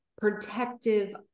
protective